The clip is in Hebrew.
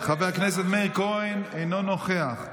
חבר הכנסת מאיר כהן, אינו נוכח.